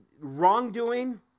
wrongdoing